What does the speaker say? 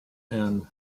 and